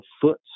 foot